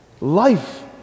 life